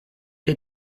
che